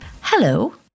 Hello